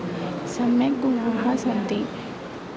सम्यक् गुणाः सन्ति